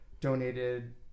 donated